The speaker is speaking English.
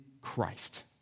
Christ